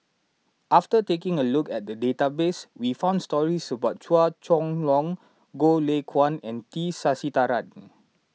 after taking a look at the database we found stories about Chua Chong Long Goh Lay Kuan and T Sasitharan